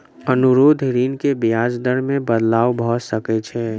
अनुरोध ऋण के ब्याज दर मे बदलाव भ सकै छै